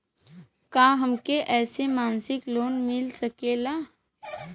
का हमके ऐसे मासिक लोन मिल सकेला?